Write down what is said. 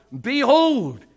Behold